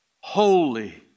holy